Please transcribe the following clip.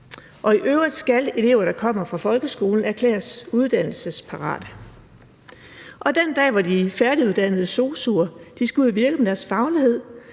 I øvrigt skal elever, der kommer fra folkeskolen, erklæres uddannelsesparate. Og den dag, hvor de er færdiguddannede SOSU'er og skal ud og virke med deres faglighed,